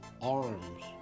arms